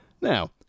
Now